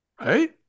Right